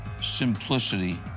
Simplicity